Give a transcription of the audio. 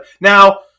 now